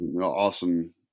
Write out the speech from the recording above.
awesome